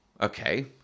okay